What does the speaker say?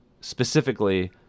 specifically